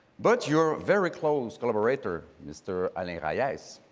but your very close collaborator, mr. alain yeah rayes,